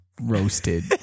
roasted